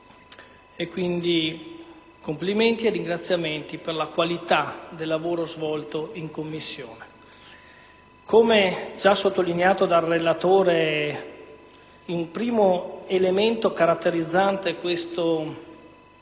i miei complimenti e ringraziamenti per la qualità del lavoro svolto in Commissione. Come già sottolineato dal relatore, un primo elemento caratterizzante